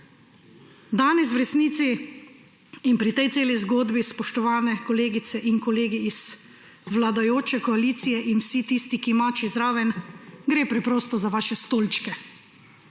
Danes v resnici in pri tej celi zgodbi, spoštovane kolegice in kolegi iz vladajoče koalicije, in vsi tisti, ki ste zraven, gre preprosto za vaše stolčke.